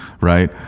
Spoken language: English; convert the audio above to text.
right